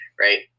right